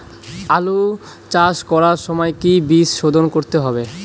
আলু চাষ করার সময় কি বীজ শোধন করতে হবে?